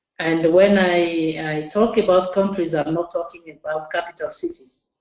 and when i talk about countries ah i'm not talking about capital cities.